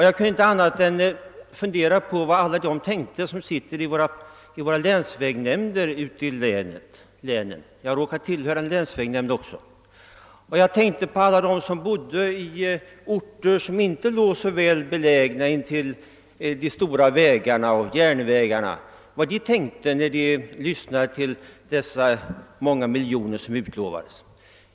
Jag kunde inte annat än fundera på vad alla de tänkte som sitter i våra länsvägnämnder ute i länen — jag råkar tillhöra en länsvägnämnd också. Jag tänkte på alla dem som var bosatta på orter som inte låg så väl belägna, intill de stora vägarna och järnvägarna, när de lyssnade till talet om dessa många miljoner som ändå fattades.